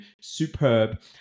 Superb